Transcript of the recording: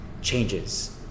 changes